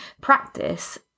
practice